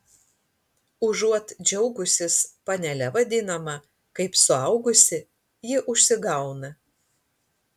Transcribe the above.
užuot džiaugusis panele vadinama kaip suaugusi ji užsigauna